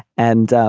and